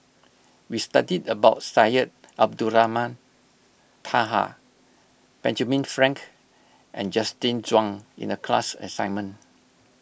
we studied about Syed Abdulrahman Taha Benjamin Frank and Justin Zhuang in the class assignment